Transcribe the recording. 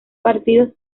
partidos